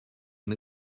and